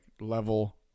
level